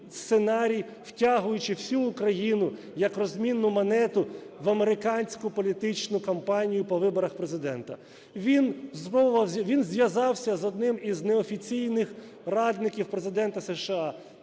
сценарій, втягуючи всю Україну як розмінну монету в американську політичну кампанію по виборах Президента. Він зв'язався з одним із неофіційних радників Президента США